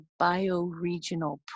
bioregional